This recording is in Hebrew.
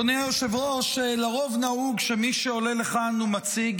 אדוני היושב-ראש, לרוב נהוג שמי שעולה לכאן ומציג